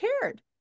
cared